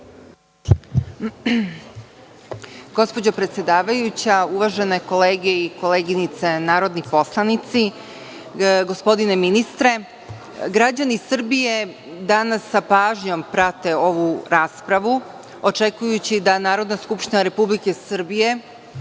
Gospođo predsedavajuća, uvažene kolege i koleginice narodni poslanici, gospodine ministre, građani Srbije danas sa pažnjom prate ovu raspravu očekujući da Narodna skupština Republike Srbije